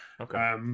Okay